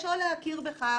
או להכיר בכך